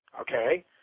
Okay